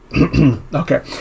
Okay